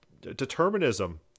determinism